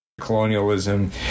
Colonialism